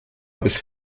bis